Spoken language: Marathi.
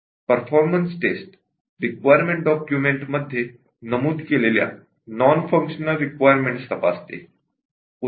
परफॉर्मन्स टेस्ट रिक्वायरमेंट डॉक्युमेंटमध्ये नमूद केलेल्या नॉन फंक्शनल रिक्वायरमेंटस तपासते